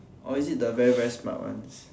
or is it the very very smart ones